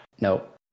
Nope